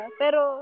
pero